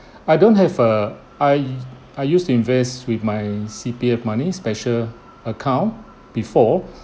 I don't have a I I used to invest with my C_P_F money special account before